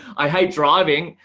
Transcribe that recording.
i hate driving,